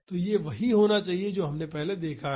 तो यह वही होना चाहिए जो हमने पहले देखा है